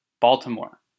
Baltimore